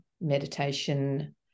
meditation